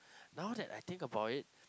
now that I think about it